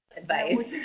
advice